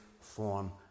form